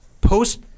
post